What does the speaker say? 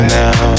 now